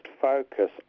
focus